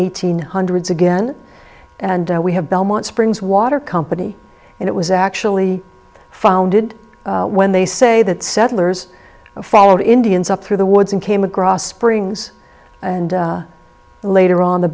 eighteen hundreds again and we have belmont springs water company and it was actually founded when they say that settlers followed indians up through the woods and came across springs and later on the